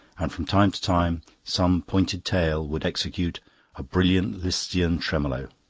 and from time to time some pointed tail would execute a brilliant lisztian tremolo.